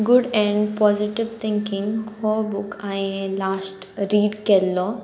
good and positive thinking हो book हांवें last read केल्लो